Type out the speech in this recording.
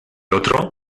otro